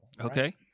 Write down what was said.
Okay